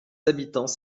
habitants